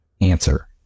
answer